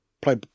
play